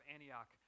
Antioch